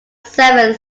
seven